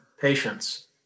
patience